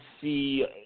see